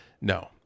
No